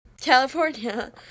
California